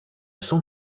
son